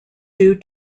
due